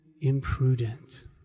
imprudent